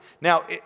now